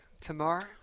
tomorrow